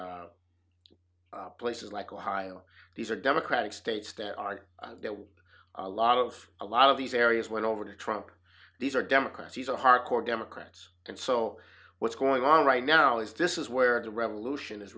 and places like ohio these are democratic states that are a lot of a lot of these areas went over to trump these are democrats he's a hard core democrats and so what's going on right now is this is where the revolution is